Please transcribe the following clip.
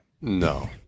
no